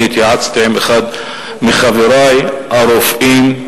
אני התייעצתי עם אחד מחברי הרופאים,